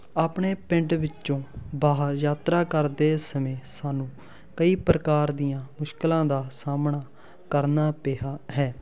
ਆਪਣੇ ਪਿੰਡ ਵਿੱਚੋਂ ਬਾਹਰ ਯਾਤਰਾ ਕਰਦੇ ਸਮੇਂ ਸਾਨੂੰ ਕਈ ਪ੍ਰਕਾਰ ਦੀਆਂ ਮੁਸ਼ਕਲਾਂ ਦਾ ਸਾਹਮਣਾ ਕਰਨਾ ਪਿਆ ਹੈ